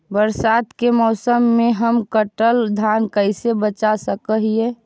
बरसात के मौसम में हम कटल धान कैसे बचा सक हिय?